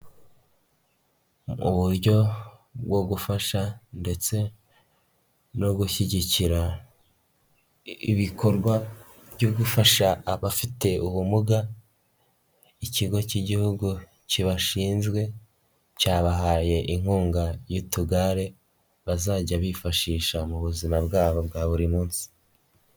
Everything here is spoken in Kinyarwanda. Mu buryo bwo gufasha, ndetse, no gushyigikira, ibikorwa byo gufasha abafite ubumuga, ikigo cy'igihugu kibashinzwe, cyabahaye inkunga y'utugare, bazajya bifashisha mu buzima bwabo bwa buri munsi.